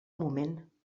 moment